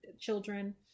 children